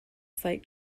site